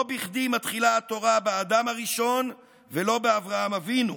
לא בכדי מתחילה התורה באדם הראשון ולא באברהם אבינו,